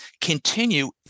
continue